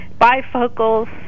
bifocals